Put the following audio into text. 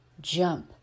jump